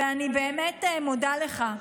ואני באמת מודה לך,